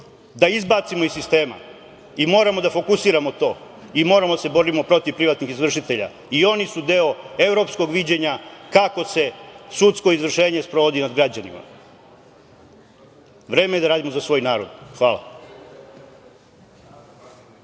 da izbacimo iz sistema i moramo da fokusiramo to i moramo da se borimo protiv privatnih izvršitelja, i oni su deo evropskog viđenja kako se sudsko izvršenje sprovodi nad građanima. Vreme je da radimo za svoj narod. Hvala.